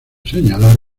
señalar